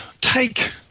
take